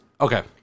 Okay